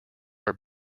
are